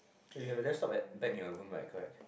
eh you have a desktop at back in your room right correct